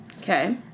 Okay